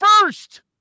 first